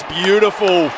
beautiful